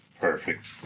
Perfect